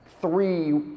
three